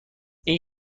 این